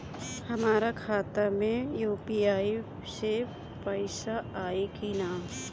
हमारा खाता मे यू.पी.आई से पईसा आई कि ना?